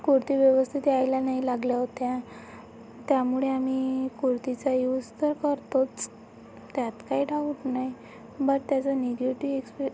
कुर्ती व्यवस्थित यायला नाही लागल्या होत्या त्यामुळे आम्ही कुर्तीचा यूज तर करतोच त्यात काही डाउट नाही बट त्याचा निगेटिव्ह एक्सपी